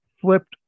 flipped